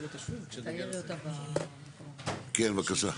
כן, בבקשה.